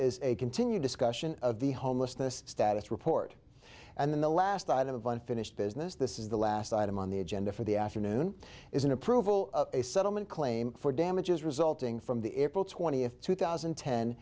a continued discussion of the homelessness status report and then the last item of unfinished business this is the last item on the agenda for the afternoon is an approval of a settlement claim for damages resulting from the april twentieth two thousand